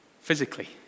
physically